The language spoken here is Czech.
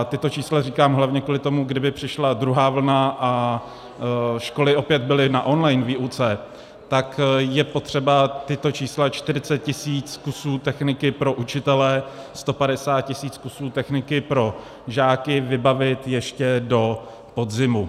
Tato čísla říkám hlavně kvůli tomu, kdyby přišla druhá vlna a školy opět byly na online výuce, tak je potřeba tato čísla, 40 tisíc kusů techniky pro učitele, 150 tisíc kusů techniky pro žáky vybavit ještě do podzimu.